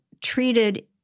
treated